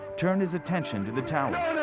turned his attention to the tower.